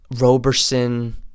Roberson